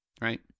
right